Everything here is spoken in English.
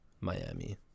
Miami